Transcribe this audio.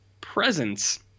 presence